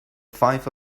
five